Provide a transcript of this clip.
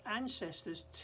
ancestors